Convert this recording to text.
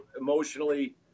emotionally